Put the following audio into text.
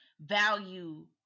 value